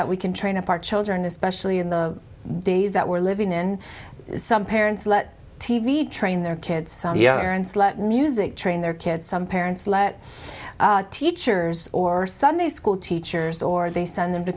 that we can train up our children especially in the days that we're living in some parents let t v train their kids music train their kids some parents let teachers or sunday school teachers or they send them to